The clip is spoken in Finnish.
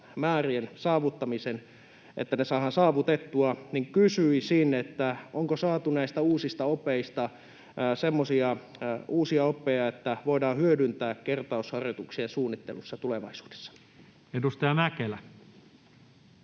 kertausharjoitusten määrät saadaan saavutettua. Kysyisin: onko saatu näistä semmoisia uusia oppeja, joita voidaan hyödyntää kertausharjoituksien suunnittelussa tulevaisuudessa? Edustaja Mäkelä.